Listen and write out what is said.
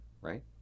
right